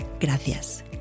Gracias